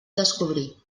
descobrir